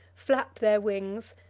flap their wings,